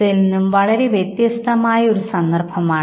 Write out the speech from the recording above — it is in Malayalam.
ഇവിടെ നൽകിയിട്ടുള്ള സ്ത്രീയുടെ ചിത്രത്തിലേക്ക് നോക്കുക